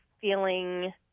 feeling